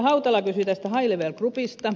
hautala kysyi tästä high level groupista